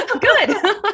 Good